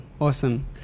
awesome